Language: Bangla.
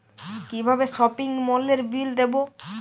কিভাবে সপিং মলের বিল দেবো?